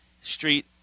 Street